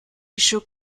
issue